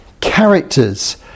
characters